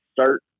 start